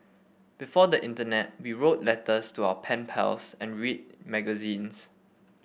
before the internet we wrote letters to our pen pals and read magazines